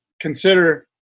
consider